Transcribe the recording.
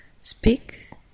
speaks